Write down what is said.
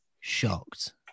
shocked